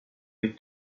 les